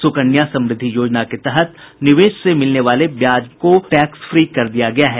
सुकन्या समृद्धि योजना के तहत निवेश से मिलने वाले ब्याज को टैक्स फ्री कर दिया गया है